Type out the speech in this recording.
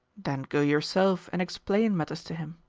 then go yourself and explain matters to him.